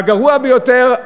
והגרוע ביותר,